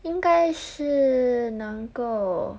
应该是能够